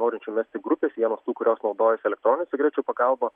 norinčių mesti grupės vienos tų kurios naudojos elektroninių cigarečių pagalba